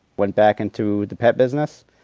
went back into the pet business